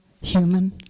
human